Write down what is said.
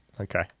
Okay